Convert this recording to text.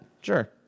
Sure